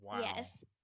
Yes